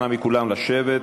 אנא מכולכם לשבת.